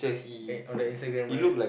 and on the Instagram right